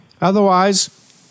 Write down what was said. Otherwise